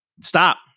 Stop